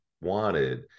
wanted